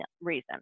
reason